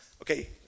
Okay